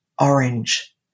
orange